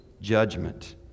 judgment